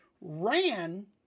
Ran